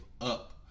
up